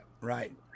Right